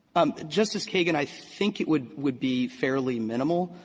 um justice kagan, i think it would would be fairly minimal.